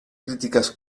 críticas